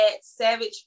savage